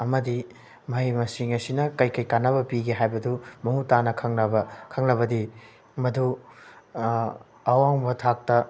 ꯑꯃꯗꯤ ꯃꯍꯩ ꯃꯁꯤꯡ ꯑꯁꯤꯅ ꯀꯩ ꯀꯩ ꯀꯥꯟꯅꯕ ꯄꯤꯒꯦ ꯍꯥꯏꯕꯗꯨ ꯃꯃꯨꯠ ꯇꯥꯅ ꯈꯪꯂꯕ ꯈꯪꯂꯕꯗꯤ ꯃꯗꯨ ꯑꯋꯥꯡꯕ ꯊꯥꯛꯇ